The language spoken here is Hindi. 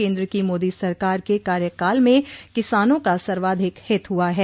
केन्द्र की मोदी सरकार के कार्यकाल में किसानों का सर्वाधिक हित हुआ है